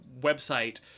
website